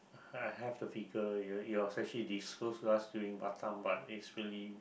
I have the figure it was actually disclosed to us during Batam but it's really